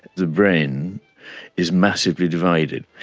the brain is massively divided.